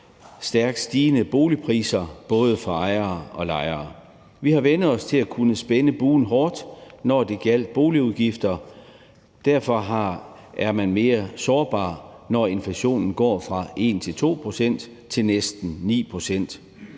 stærkt stigende boligpriser både for ejere og lejere. Vi har vænnet os til at kunne spænde buen hårdt, når det gjaldt boligudgifter. Derfor er man mere sårbar, når inflationen går fra 1-2 pct. til næsten 9 pct.